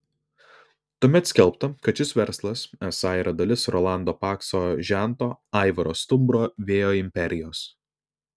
tuomet skelbta kad šis verslas esą yra dalis rolando pakso žento aivaro stumbro vėjo imperijos